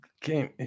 came